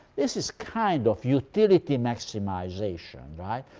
this is kind of utility maximization. right?